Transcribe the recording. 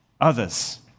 others